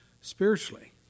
spiritually